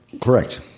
Correct